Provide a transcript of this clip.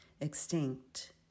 extinct